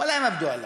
אולי הם עבדו עלי?